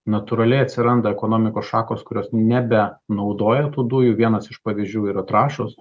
natūraliai atsiranda ekonomikos šakos kurios nebe naudoja tų dujų vienas iš pavyzdžių yra trąšos